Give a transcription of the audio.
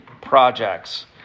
projects